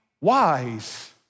wise